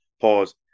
pause